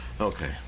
Okay